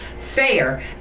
fair